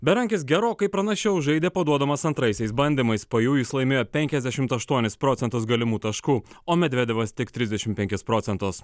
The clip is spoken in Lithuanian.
berankis gerokai pranašiau žaidė paduodamas antraisiais bandymais po jų jis laimėjo penkiasdešimt aštuonis procentus galimų taškų o medvedevas tik trisdešimt penkis procentus